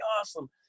awesome